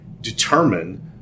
determine